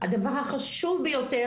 הדבר החשוב ביותר,